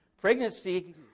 pregnancy